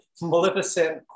Maleficent